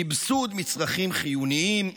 סבסוד מצרכים חיוניים,